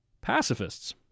pacifists